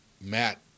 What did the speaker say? Matt